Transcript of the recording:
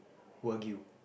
wagyu